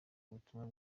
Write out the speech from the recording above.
ubutumwa